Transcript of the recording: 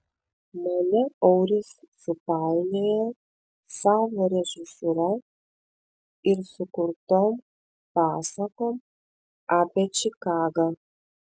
mane auris supainiojo savo režisūra ir sukurtom pasakom apie čikagą